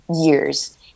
years